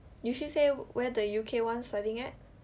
did she say where the U_K one studying at